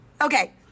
Okay